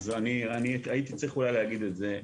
אז אולי הייתי צריך להגיד את זה,